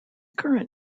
current